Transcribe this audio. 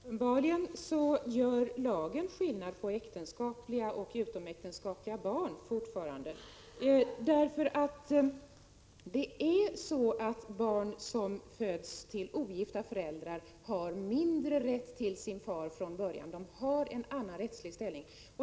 Fru talman! Uppenbarligen gör lagen fortfarande skillnad mellan äktenskapliga och utomäktenskapliga barn. Barn som föds av ogifta föräldrar har nämligen en sämre rättslig ställning när det gäller förhållandet till fadern.